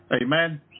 Amen